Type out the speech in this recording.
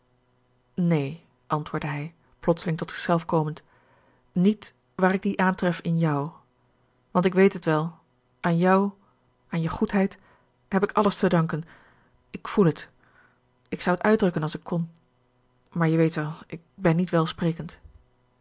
neen antwoordde hij plotseling tot zich zelf komend niet waar ik die aantref in jou want ik weet het wel aan jou aan je goedheid heb ik alles te danken ik voel het ik zou t uitdrukken als ik kon maar je weet wel ik ben niet welsprekend